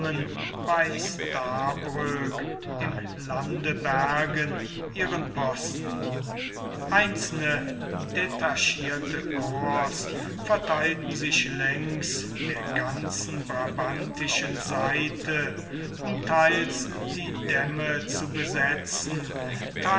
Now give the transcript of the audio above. bei stabroek im lande bergen ihren posten einzelne detaschierte corps verteilten sich längs der ganzen brabantischen seite um theils die dämme zu besetzen